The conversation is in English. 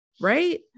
Right